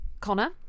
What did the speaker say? Connor